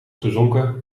gezonken